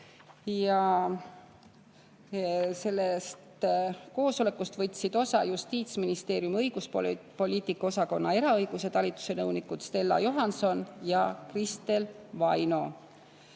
Sellest koosolekust võtsid osa Justiitsministeeriumi õiguspoliitika osakonna eraõiguse talituse nõunikud Stella Johanson ja Kristel Vaino.